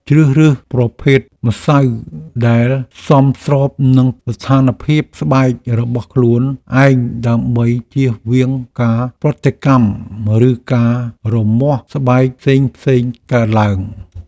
ជ្រើសរើសប្រភេទម្សៅដែលសមស្របនឹងស្ថានភាពស្បែករបស់ខ្លួនឯងដើម្បីជៀសវាងការប្រតិកម្មឬការរមាស់ស្បែកផ្សេងៗកើតឡើង។